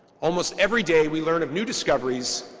almost every day we learn of new discoveries,